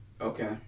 Okay